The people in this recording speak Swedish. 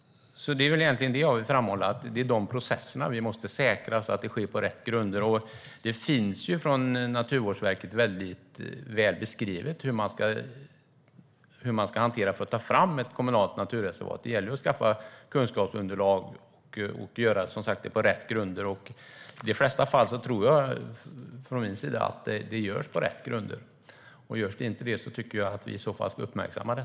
Det är egentligen det jag vill framhålla, att det är de processerna vi måste säkra så att allt sker på rätt grunder. Det finns väldigt väl beskrivet från Naturvårdsverket hur man ska hantera detta för att ta fram ett kommunalt naturreservat. Det gäller ju att skaffa kunskapsunderlag och som sagt göra det på rätt grunder. I de flesta fall tror jag att det görs på rätt grunder, och görs det inte på rätt grunder tycker jag att vi i så fall ska uppmärksamma det.